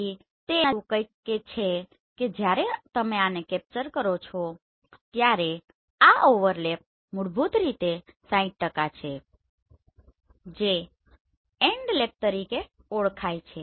તેથી તે એના જેવું કંઈક છે કે જ્યારે તમે આને કેપ્ચર કરો છો ત્યારે આ ઓવરલેપ મૂળભૂત રીતે 60 છે જે એન્ડલેપ તરીકે ઓળખાય છે